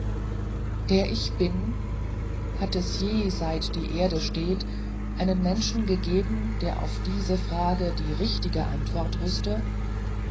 wer ich bin hat es je seit die erde steht einen menschen gegeben der auf diese frage die richtige antwort wüßte